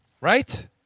Right